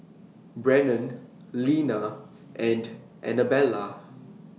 Brennon Lina and Anabella